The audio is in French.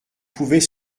pouvait